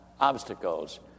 obstacles